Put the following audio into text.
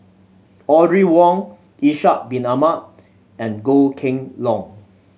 Audrey Wong Ishak Bin Ahmad and Goh Kheng Long